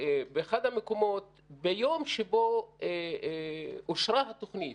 באחד המקומות, ביום שבו אושר התוכנית,